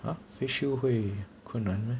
!huh! face shield 会困难 meh